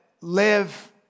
live